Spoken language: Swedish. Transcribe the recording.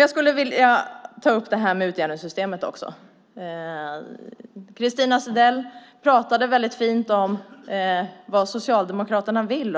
Jag skulle vilja ta upp även utjämningssystemet. Christina Zedell pratade väldigt fint om vad Socialdemokraterna vill.